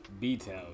b-town